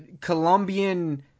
Colombian